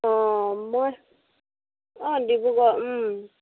অঁ মই অঁ ডিব্ৰুগড়